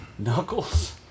Knuckles